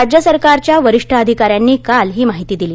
राज्य सरकारच्या वरिष्ठ अधिकाऱ्यांनी काल ही माहिती दिली